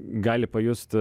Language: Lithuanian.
gali pajust